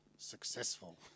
successful